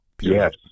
Yes